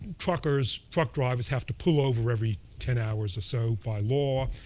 truckers, truck drivers have to pull over every ten hours or so by law.